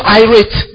irate